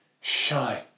shine